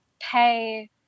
pay